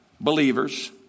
Believers